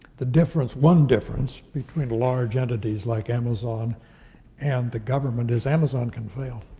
the difference, one difference between large entities like amazon and the government is amazon can fail.